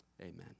amen